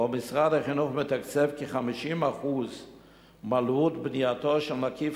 שבו משרד החינוך מתקצב כ-50% מעלות בנייתו של מקיף